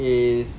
is